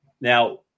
Now